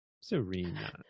Serena